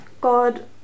God